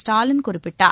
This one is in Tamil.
ஸ்டாலின் குறிப்பிட்டார்